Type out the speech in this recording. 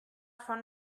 von